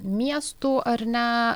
miestų ar ne